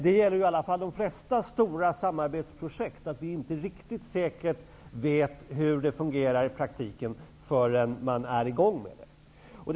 Det gäller i alla fall de flesta stora samarbetsprojekt att vi inte riktigt vet hur det fungerar i praktiken förrän man är i gång med det.